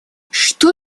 что